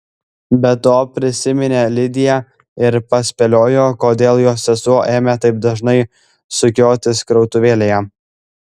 be to prisiminė lidiją ir paspėliojo kodėl jos sesuo ėmė taip dažnai sukiotis krautuvėlėje